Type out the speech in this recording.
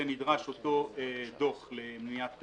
ונדרש אותו דוח למניעת